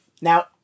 now